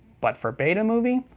but for betamovie?